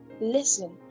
Listen